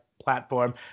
platform